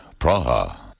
Praha